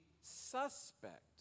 suspect